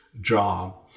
job